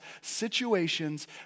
situations